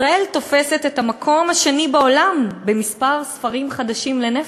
ישראל תופסת את המקום השני בעולם במספר הספרים החדשים לנפש,